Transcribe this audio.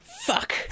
Fuck